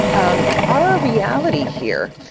um our reality here,